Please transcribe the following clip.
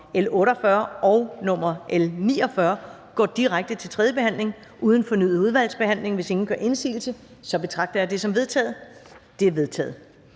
nr. L 49 går direkte til tredje behandling uden fornyet udvalgsbehandling. Hvis ingen gør indsigelse, betragter jeg det som vedtaget. Det er vedtaget.